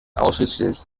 ausschließlich